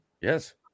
Yes